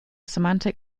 semantic